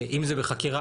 אם זה בחקירה,